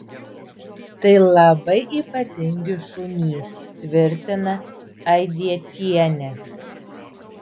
tai labai ypatingi šunys tvirtina aidietienė